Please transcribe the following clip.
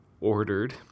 ordered